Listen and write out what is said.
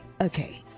okay